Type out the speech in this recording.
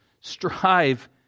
strive